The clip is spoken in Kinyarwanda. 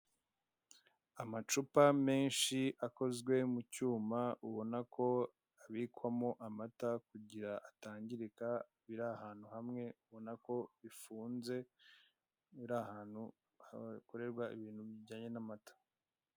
Amacupa menshi akozwe mu cyuma ubona ko abikwamo amata kugira ngo atangirika biri ahantu hamwe ubonako bifunze biri ahantuhakorerwa ibintu bijyanye n'amata.